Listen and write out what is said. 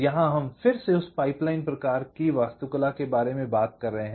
यहाँ हम फिर से उस पाइपलाइन प्रकार की वास्तुकला के बारे में बात कर रहे हैं